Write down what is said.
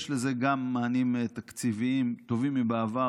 יש לזה גם מענים תקציביים טובים מבעבר